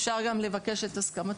אפשר גם לבקש את הסכמתו.